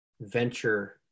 venture